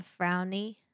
frowny